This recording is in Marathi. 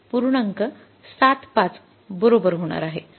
७५ बरोबर होणार आहे